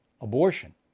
abortion